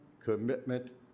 commitment